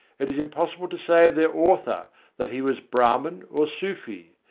it is impossible to say of their author that he was brahman or sufi,